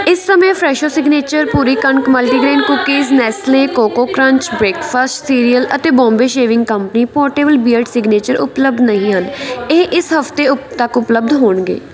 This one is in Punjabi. ਇਸ ਸਮੇਂ ਫਰੈਸ਼ੋ ਸਿਗਨੇਚਰ ਪੂਰੀ ਕਣਕ multigrain cookies Nestle Koko Krunch breakfast cereal ਅਤੇ Bombay shaving company portable beard straightener ਉਪਲੱਬਧ ਨਹੀਂ ਹਨ ਇਹ ਇਸ ਹਫ਼ਤੇ ਉਪ ਤੱਕ ਉਪਲੱਬਧ ਹੋਣਗੇ